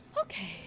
Okay